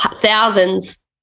thousands